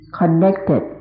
connected